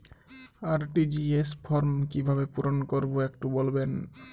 RTGS form কিভাবে পূরণ করবো একটু বলবেন?